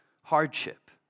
hardship